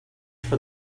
for